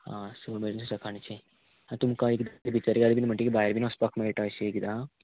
आं सगळें सकाळीचें आं तुमकां एकदा भितर बीन म्हणटगीर भायर बीन वचपाक मेळटा अशें एकदें हा